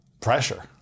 pressure